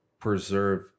preserve